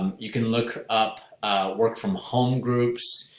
um you can look up work from home groups